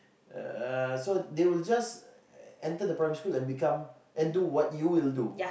uh so they will just enter the primary school and become and do what you will do